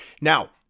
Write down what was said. Now